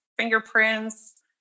fingerprints